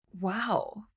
Wow